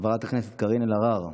חברת הכנסת קארין אלהרר,